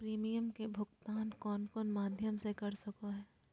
Premium के भुक्तान कौन कौन माध्यम से कर सको है?